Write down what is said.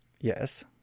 Yes